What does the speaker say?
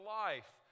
life